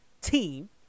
team